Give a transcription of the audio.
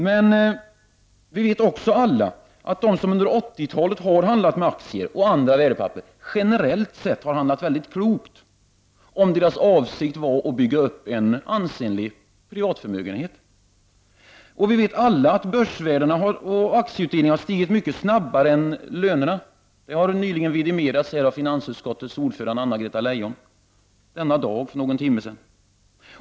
Men vi vet alla att de som under 1980-talat har handlat med aktier och andra värdepapper generellt sett har handlat mycket klokt, om deras avsikt har varit att bygga upp en ansenlig privatförmögenhet. Vi vet också alla att börsvärdena och aktieutdelningen har stigit mycket snabbare än lönerna. Det har vidimerats av finansutskottets ordförande Anna-Greta Leijon för bara någon timme sedan.